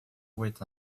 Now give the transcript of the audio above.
wait